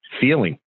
feeling